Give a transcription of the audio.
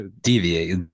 Deviate